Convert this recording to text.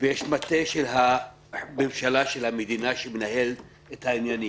ויש מטה של המדינה שמנהל את העניינים.